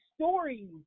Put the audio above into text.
stories